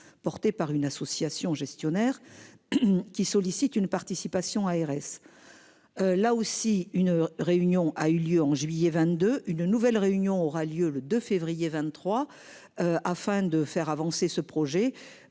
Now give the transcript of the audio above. porté par une association gestionnaire. Qui sollicitent une participation ARS. Là aussi, une réunion a eu lieu en juillet 22 une nouvelle réunion aura lieu le 2 février 23. Afin de faire avancer ce projet.